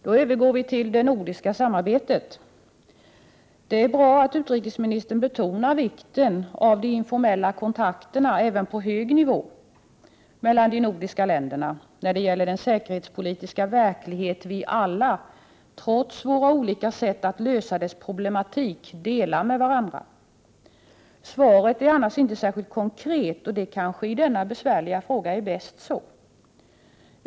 Vi övergår då till det nordiska samarbetet. Det är bra att utrikesministern betonar vikten av de informella kontakterna, även på hög nivå, mellan de nordiska länderna när det gäller den säkerhetspolitiska verklighet vi alla, trots våra olika sätt att lösa dess problematik, delar med varandra. Svaret är annars inte särskilt konkret, och det är kanske i denna besvärliga fråga bäst så.